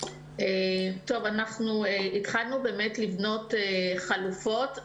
אנחנו התחלנו לבנות חלופות.